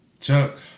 Chuck